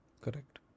Correct